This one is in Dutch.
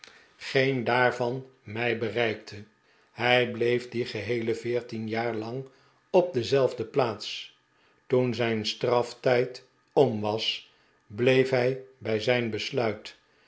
geen daarvan mij bereikte hij bleef die geheele veertien jaar lang op dezelfde plaats toen zijn straftijd om was bleef hij bij zijn besluit